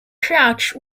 crouch